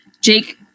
Jake